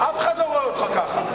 אף אחד לא רואה אותך ככה.